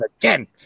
again